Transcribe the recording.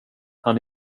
han